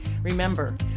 Remember